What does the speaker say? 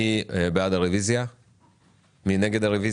מי נגד?